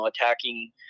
attacking